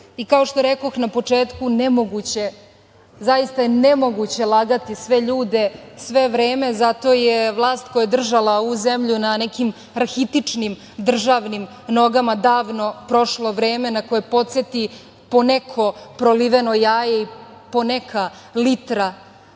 što rekoh na početku, nemoguće, zaista je nemoguće lagati ljude sve vreme, zato je vlast koja je držala ovu zemlju na nekim rahitičnim državnim nogama davno prošlo vreme na koje podseti poneko proliveno jaje i po neka litra